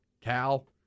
Cal